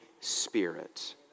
Spirit